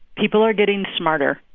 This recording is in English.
people are getting smarter.